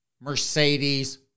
Mercedes